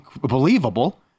believable